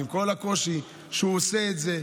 עם כל הקושי, הוא עושה את זה,